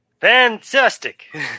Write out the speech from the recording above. Fantastic